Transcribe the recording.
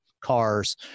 cars